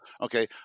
Okay